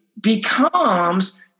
becomes